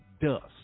dust